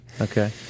okay